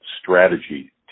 strategy